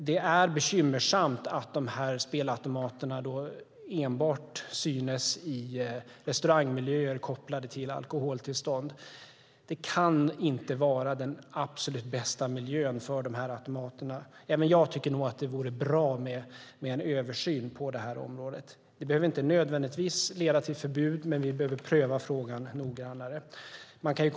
Det är bekymmersamt att de spelautomaterna endast finns i restaurangmiljöer kopplade till alkoholtillstånd. Det kan inte vara den bästa miljön för dessa automater. Även jag tycker att det vore bra med en översyn på detta område. Det behöver inte nödvändigtvis leda till förbud, men vi behöver pröva frågan noggrannare.